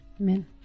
Amen